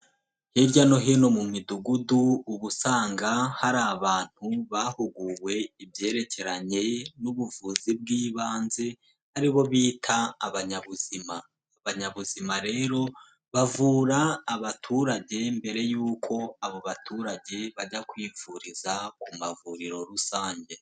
Hirya no hino mu Midugudu uba usanga hari abantu bahuguwe ibyerekeranye n'ubuvuzi bw'ibanze aribo bita abanyabuzima, abanyabuzima rero bavura abaturage mbere y'uko abo baturage bajyakwivuriza ku mavuriro rusange.